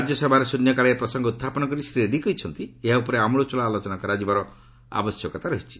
ରାଜ୍ୟସଭାରେ ଶ୍ରନ୍ୟକାଳରେ ଏହି ପ୍ରସଙ୍ଗ ଉହ୍ଚାପନ କରି ଶ୍ରୀ ରେଡ୍ରୀ କହିଛନ୍ତି ଏହା ଉପରେ ଆମ୍ବଳଚ୍ଚଳ ଆଲୋଚନା କରାଯିବାର ଆବଶ୍ୟକତା ରହିଛି